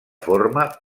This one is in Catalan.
forma